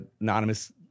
anonymous